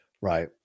Right